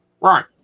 Right